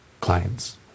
clients